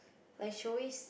like should always